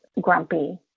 grumpy